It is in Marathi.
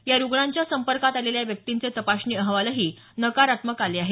या रुग्णांच्या संपर्कात आलेल्या व्यक्तिंचे तपासणी अहवालही नकारात्मक आले आहेत